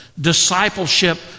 discipleship